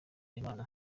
imana